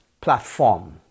platform